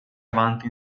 avanti